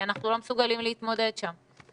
כי אנחנו לא מסוגלים להתמודד שם.